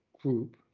group